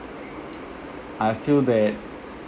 I feel that